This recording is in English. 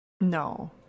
No